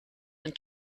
and